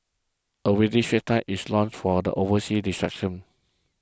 a weekly Straits Times is launched for the overseas distraction